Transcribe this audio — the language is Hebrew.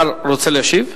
השר רוצה להשיב?